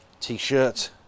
T-shirt